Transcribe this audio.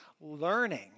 learning